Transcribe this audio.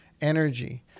energy